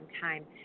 time